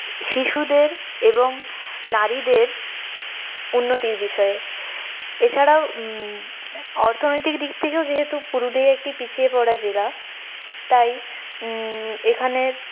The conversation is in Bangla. শিশুদের এবং নারীদের উন্নতির বিষয়ে এছাড়াও অর্থনৈতিক দিক থেকেও যেহেতু পুরুলিয়া একটি পিছিয়ে পরা জেলা তাই এখানের